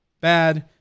bad